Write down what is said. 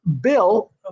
Bill